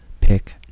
pick